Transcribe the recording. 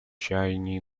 чаяния